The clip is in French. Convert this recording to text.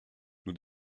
nous